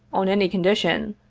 on any condition,